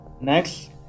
next